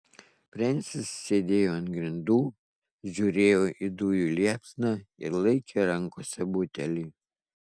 frensis sėdėjo ant grindų žiūrėjo į dujų liepsną ir laikė rankose butelį